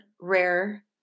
rare